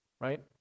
right